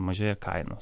mažėja kainos